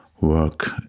work